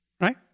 Right